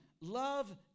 love